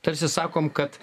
tarsi sakom kad